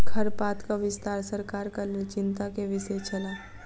खरपातक विस्तार सरकारक लेल चिंता के विषय छल